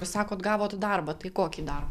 sakot gavot darbą tai kokį dar